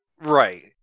Right